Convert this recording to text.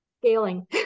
Scaling